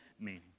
meaning